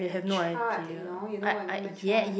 charred you know you know what I mean by charred